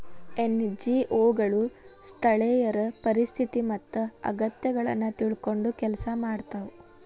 NGO ಗಳು ಸ್ಥಳೇಯರ ಪರಿಸ್ಥಿತಿ ಮತ್ತ ಅಗತ್ಯಗಳನ್ನ ತಿಳ್ಕೊಂಡ್ ಕೆಲ್ಸ ಮಾಡ್ತವಾ